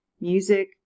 music